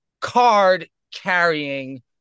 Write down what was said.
card-carrying